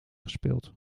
gespeeld